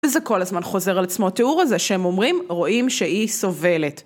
וזה כל הזמן חוזר על עצמו התיאור הזה שהם אומרים רואים שהיא סובלת